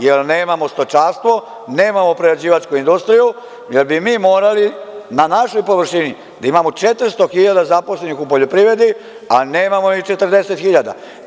Jer nemamo stočarstvo, nemamo prerađivačku industriju, jer bi mi morali na našoj površini da imamo 400.000 zaposlenih u poljoprivredi, a nemamo ni 40.000.